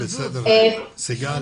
סיגל